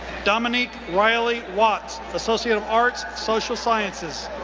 dominique reilly watts, associate of arts, social sciences.